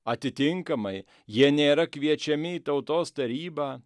atitinkamai jie nėra kviečiami į tautos tarybą